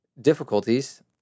difficulties